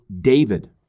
David